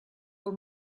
pel